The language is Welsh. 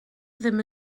ddim